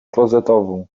klozetową